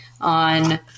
on